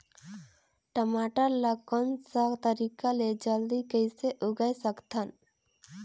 टमाटर ला कोन सा तरीका ले जल्दी कइसे उगाय सकथन?